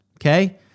okay